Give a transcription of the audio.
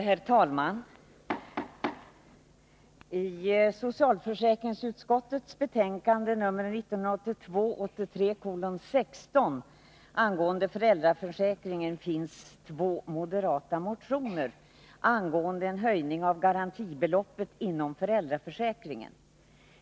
Herr talman! I socialförsäkringsutskottets betänkande 1982/83:16 angående föräldraförsäkringen behandlas två moderata motioner om en höjning av garantibeloppet inom föräldraförsäkringen.